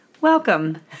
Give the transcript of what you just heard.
welcome